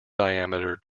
diameter